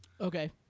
Okay